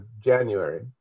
January